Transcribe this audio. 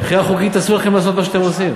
מבחינה חוקית אסור לכם לעשות מה שאתם עושים.